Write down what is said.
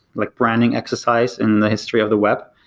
like branding exercise in the history of the web.